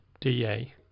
DA